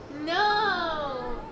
No